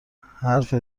حرف